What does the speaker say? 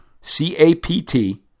C-A-P-T